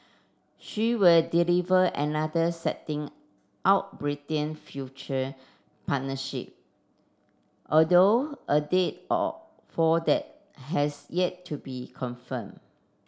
she will deliver another setting out Britain future partnership although a date or for that has yet to be confirmed